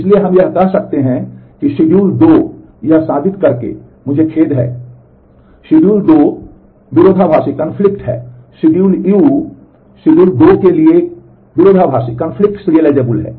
इसलिए हम यह कह सकते हैं कि शिड्यूल है